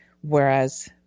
whereas